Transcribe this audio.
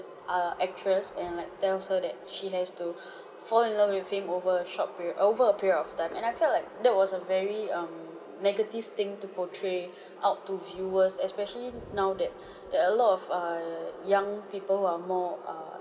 err actress and like tells her that she has to fall in love with him over a short period over a period of time and I felt like that was a very um negative thing to portray out to viewers especially now that there are a lot of err young people who are more err